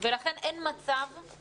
ולכן אין מצב